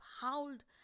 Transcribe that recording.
howled